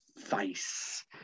face